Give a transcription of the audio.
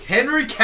Henry